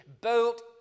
Built